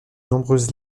nombreuses